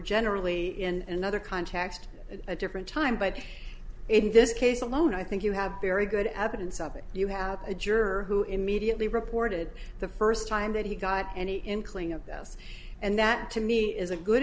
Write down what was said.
generally in another context a different time but in this case alone i think you have very good evidence of it you have a juror who immediately reported the first time that he got any inkling of this and that to me is a good